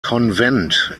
konvent